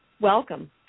Welcome